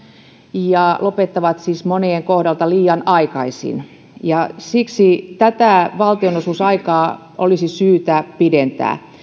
ja lopettavat siis monien kohdalla liian aikaisin siksi tätä valtionosuusaikaa olisi syytä pidentää